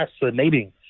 fascinating